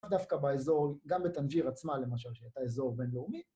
לאו דווקא באזור, גם בטנג'יר עצמה למשל, שהייתה אזור בינלאומי.